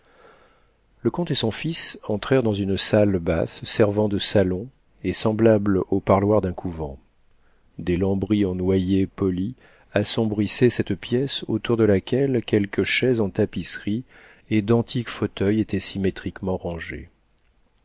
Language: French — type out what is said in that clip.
le comte et son fils entrèrent dans une salle basse servant de salon et semblable au parloir d'un couvent des lambris en noyer poli assombrissaient cette pièce autour de laquelle quelques chaises en tapisserie et d'antiques fauteuils étaient symétriquement rangés